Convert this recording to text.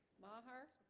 maher